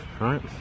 right